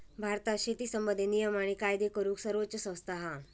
भारतात शेती संबंधित नियम आणि कायदे करूक सर्वोच्च संस्था हा